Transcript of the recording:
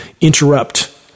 interrupt